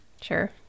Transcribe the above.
Sure